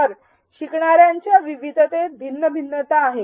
तर शिकणार्यांच्या विविधतेत भिन्न भिन्नता आहे